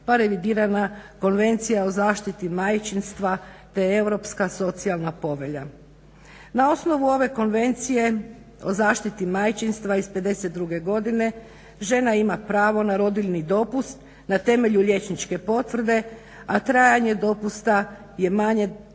pa revidirana Konvencija o zaštiti majčinstva te Europska socijalna povelja. Na osnovu ove Konvencije o zaštiti majčinstva iz '52. godine žena ima pravo na rodiljni dopust na temelju liječničke potvrde, a trajanje dopusta je najmanje 12